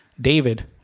David